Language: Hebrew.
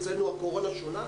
אצלנו הקורונה שונה?